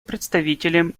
представителем